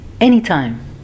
Anytime